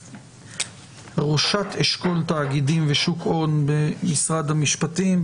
ראשת אשכול תאגידים ושוק הון במשרד המשפטים,